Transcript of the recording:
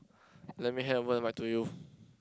let me have back to you